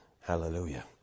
Hallelujah